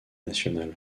national